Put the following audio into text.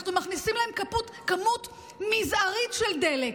אנחנו מכניסים להם כמות מזערית של דלק.